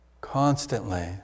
constantly